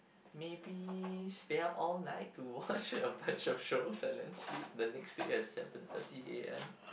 maybe stay up all night to watch a bunch of shows and then sleep the next day at seven thirty A_M